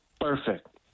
perfect